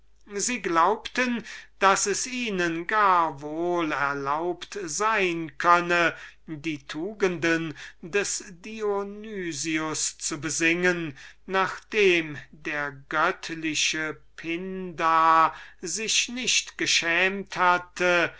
sie glaubten daß es ihnen gar wohl erlaubt sein könne die tugenden des dionys zu besingen nachdem der göttliche pindar sich nicht geschämt hatte